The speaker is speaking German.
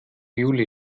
juli